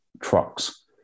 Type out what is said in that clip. trucks